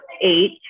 eight